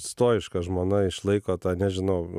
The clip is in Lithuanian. stojiška žmona išlaiko tą nežinau